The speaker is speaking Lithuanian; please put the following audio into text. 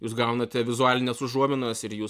jūs gaunate vizualines užuominas ir jūs